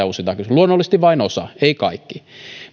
luonnollisesti vain osa eivät kaikki